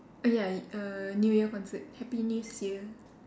err ya err new year concert happy next year